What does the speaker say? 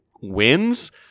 wins